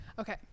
Okay